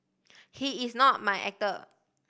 he is not my actor